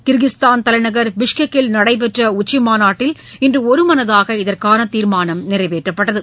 Kyrgyzstan தலைநகர் பிஷ்கெக்கில் நடைபெற்ற உச்சிமாநாட்டில் இன்று ஒருமனதாக தீர்மானம் நிறைவேற்றப்பட்டது